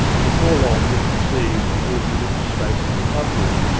and before long it was perceived that there would be little space in the club-room,